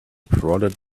prodded